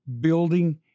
building